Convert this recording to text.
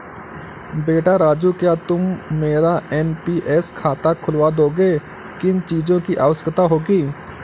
बेटा राजू क्या तुम मेरा एन.पी.एस खाता खुलवा दोगे, किन चीजों की आवश्यकता होगी?